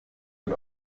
mit